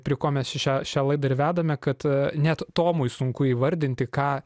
prie ko mes šią šią laidą ir vedame kad net tomui sunku įvardinti ką